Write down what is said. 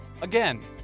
Again